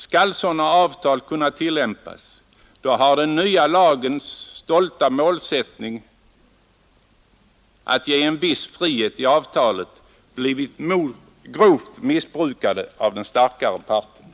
Skall sådana avtal kunna tillämpas har den nya lagens stolta målsättning att ge en viss frihet i avtalen blivit grovt missbrukad av den starkare parten.